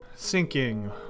Sinking